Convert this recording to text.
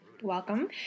Welcome